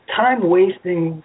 time-wasting